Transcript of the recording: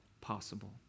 possible